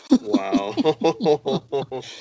Wow